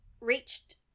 reached